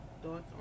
thoughts